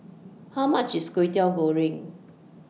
How much IS Kway Teow Goreng